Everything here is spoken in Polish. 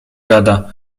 gada